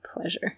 pleasure